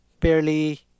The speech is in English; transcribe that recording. barely